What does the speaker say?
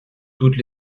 toutes